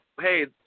Hey